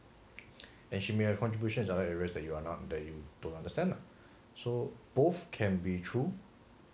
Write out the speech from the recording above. and she may have contributions are areas that you are not that you don't understand lah so both can be true